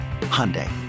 Hyundai